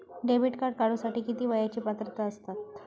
Debit card काढूसाठी किती वयाची पात्रता असतात?